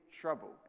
trouble